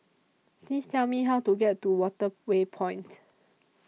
Please Tell Me How to get to Waterway Point